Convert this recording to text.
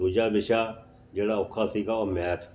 ਦੂਜਾ ਵਿਸ਼ਾ ਜਿਹੜਾ ਔਖਾ ਸੀਗਾ ਉਹ ਮੈਥ